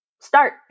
start